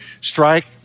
strike